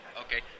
Okay